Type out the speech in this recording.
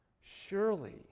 Surely